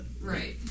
Right